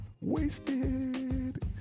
wasted